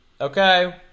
Okay